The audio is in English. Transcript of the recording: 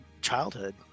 childhood